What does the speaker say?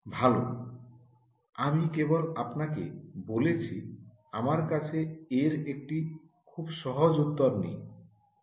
ভাল আমি কেবল আপনাকে বলছি আমার কাছে এর একটি খুব সহজ উত্তর নেই